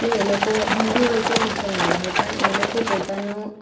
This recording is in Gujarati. એટલે એ લોકો હિન્દુ હોય કે મુસલમાન હોય પણ એ લોકો પોતાનું